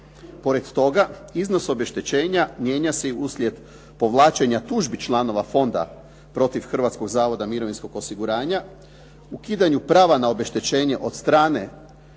Pored toga iznos obeštećenja mijenja se i uslijed povlačenja tužbi članova fonda protiv Hrvatskog zavoda mirovinskog osiguranja, ukidanju prava na obeštećenje od strane